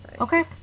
Okay